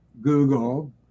Google